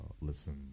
listen